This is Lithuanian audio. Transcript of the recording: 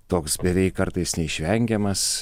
toks beveik kartais neišvengiamas